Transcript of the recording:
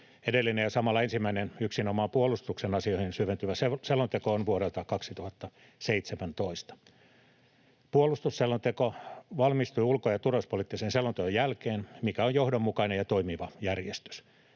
Edellinen ja samalla ensimmäinen yksinomaan puolustuksen asioihin syventyvä selonteko on vuodelta 2017. Puolustusselonteko valmistui ulko- ja turvallisuuspoliittisen selonteon jälkeen, mikä on johdonmukainen ja toimiva järjestys.